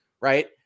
right